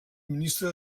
ministre